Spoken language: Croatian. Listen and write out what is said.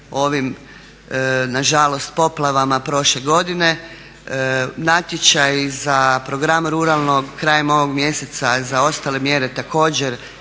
ovim nažalost poplavama prošle godine. Natječaj za program ruralnog krajem ovog mjeseca, a za ostale mjere također